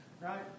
Right